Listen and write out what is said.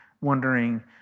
wondering